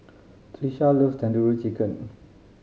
Tricia loves Tandoori Chicken